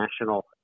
national